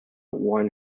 one